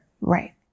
Right